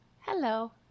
Hello